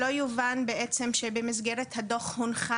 שלא יובן בעצם שבמסגרת הדוח הונחה